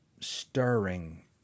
stirring